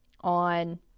on